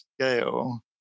scale